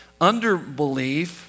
Underbelief